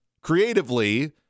creatively